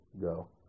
go